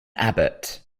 abbot